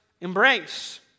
embrace